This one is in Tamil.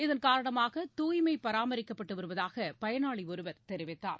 இதன் காரணமாக தூய்மை பராமரிக்கப்பட்டு வருவதாக பயனாளி ஒருவர் தெரிவித்தார்